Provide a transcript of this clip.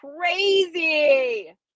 crazy